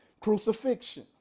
crucifixion